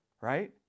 Right